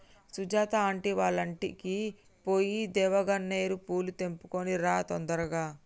Sujatha aunty వాళ్ళింటికి పోయి దేవగన్నేరు పూలు తెంపుకొని రా తొందరగా